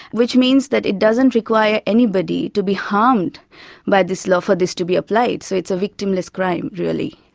which means that it doesn't require anybody to be harmed by this law for this to be applied, so it's a victimless crime really.